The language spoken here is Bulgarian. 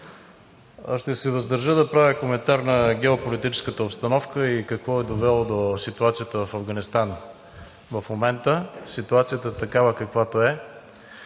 ще се въздържа да правя коментар на геополитическата обстановка и какво е довело до ситуацията в Афганистан. В момента ситуацията е такава, каквато е.